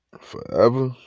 Forever